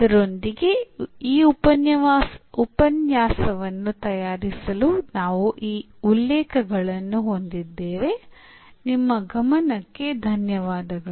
ಇದರೊಂದಿಗೆ ಈ ಉಪನ್ಯಾಸವನ್ನು ತಯಾರಿಸಲು ನಾವು ಈ ಉಲ್ಲೇಖಗಳನ್ನು ಹೊಂದಿದ್ದೇವೆ ನಿಮ್ಮ ಗಮನಕ್ಕೆ ಧನ್ಯವಾದಗಳು